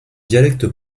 dialecte